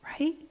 right